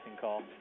call